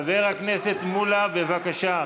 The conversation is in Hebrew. חבר הכנסת מולא, בבקשה.